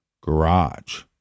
garage